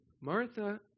Martha